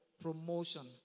promotion